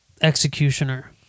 executioner